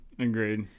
Agreed